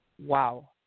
wow